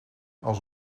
als